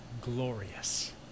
glorious